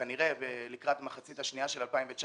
כנראה לקראת המחצית השנייה של 2019,